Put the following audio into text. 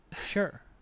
Sure